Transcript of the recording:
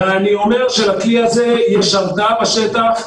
ואני אומר שלכלי הזה יש הרתעה בשטח.